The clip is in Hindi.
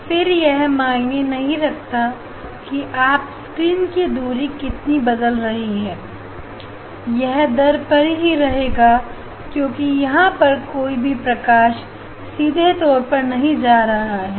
फिर यह मायने नहीं रखता कि आप स्क्रीन की दूरी कितनी बदल रही हैं यह दार पर ही रहेगा क्योंकि यहां पर कोई भी प्रकाश सीधे तौर पर नहीं जा रहा है